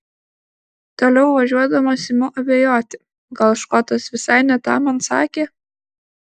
toliau važiuodamas imu abejoti gal škotas visai ne tą man sakė